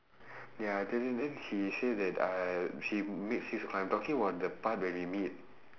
ya then then then she say that uh she meet six o'clock I am talking about the part when we meet